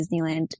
Disneyland